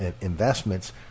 investments